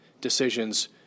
decisions